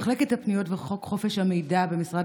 מחלקת הפניות וחוק חופש המידע במשרד